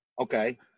okay